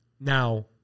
Now